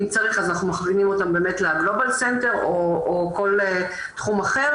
אם צריך אז אנחנו מכווינים אותם לגלובל סנטר או כל תחום אחר